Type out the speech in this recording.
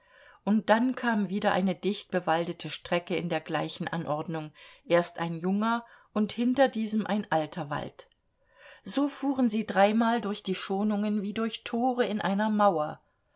und dann kam wieder eine dicht bewaldete strecke in der gleichen anordnung erst ein junger und hinter diesem ein alter wald so fuhren sie dreimal durch die schonungen wie durch tore in einer mauer